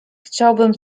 chciałbym